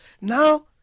Now